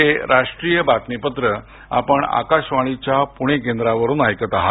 हे राष्ट्रीय बातमीपत्र आपण आकाशवाणीच्या प्रणे केंद्रावरुन ऐकत आहात